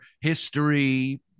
history